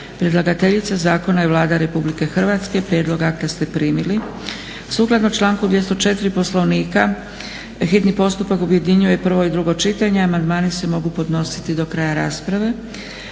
Predlagateljica zakona je Vlada Republike Hrvatske. Prijedlog akta ste primili. Sukladno članku 204. Poslovnika hitni postupak objedinjuje prvo i drugo čitanje. Amandmani se mogu podnositi do kraja rasprave.